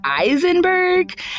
Eisenberg